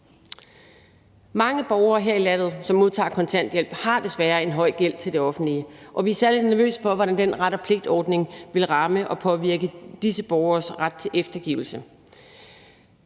Mange borgere her i landet, som modtager kontanthjælp, har desværre en høj gæld til det offentlige, og vi er særlig nervøse for, hvordan den ret og pligt-ordning vil ramme og påvirke disse borgeres ret til eftergivelse.